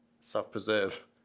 self-preserve